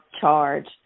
charge